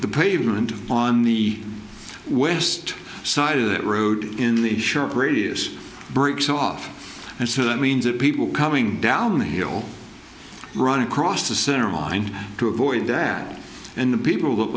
the pavement on the west side of that road in the short radius breaks off and so that means that people coming down the hill run across the center line to avoid that and the people that